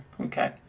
Okay